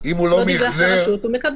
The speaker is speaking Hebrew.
הצלחות קטנות.